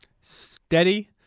steady